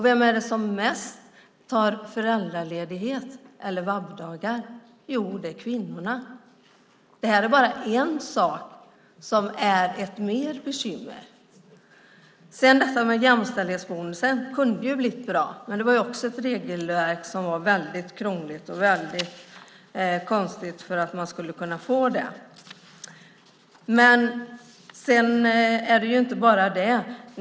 Vem är det som mest tar föräldraledighet eller VAB-dagar? Jo, det är kvinnorna. Det här är bara en sak som är ett bekymmer mer. Jämställdhetsbonusen kunde ju ha blivit bra, men det var också ett regelverk som var väldigt krångligt och väldigt konstigt för att man skulle kunna få den. Men det är inte bara det.